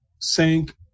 sank